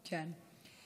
כן.